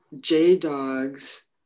J-Dog's